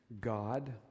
God